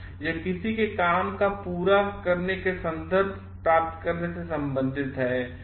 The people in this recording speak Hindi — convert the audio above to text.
यहकिसी के काम का पूरा संदर्भप्राप्त करने से संबंधित है